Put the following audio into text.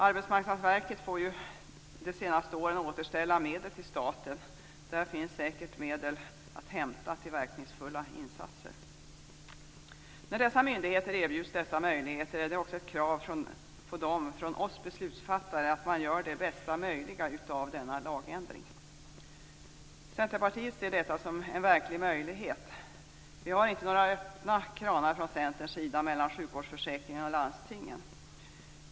Arbetsmarknadsverket får ju återställa medel för de senaste åren till staten, och där finns säkert medel att hämta till verkningsfulla insatser. När de här myndigheterna erbjuds dessa möjligheter ställs från oss beslutsfattare det kravet att man gör det bästa möjliga av denna lagändring. Centerpartiet ser detta som en verklig möjlighet. Vi vill från Centerns sida inte se några öppna kranar mellan sjukvårdsförsäkringen och landstingen.